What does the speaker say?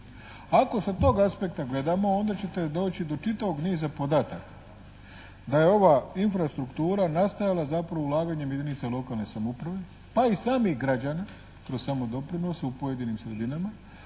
Ako sa tog aspekta gledamo onda ćete doći do čitavog niza podataka da je ova infrastruktura nastajala zapravo ulaganjem jedinica lokalne samouprave pa i samih građana kroz samodoprinose u pojedinim sredinama,